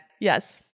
yes